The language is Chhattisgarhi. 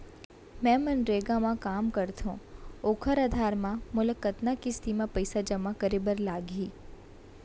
मैं मनरेगा म काम करथो, ओखर आधार म मोला कतना किस्ती म पइसा जेमा करे बर लागही?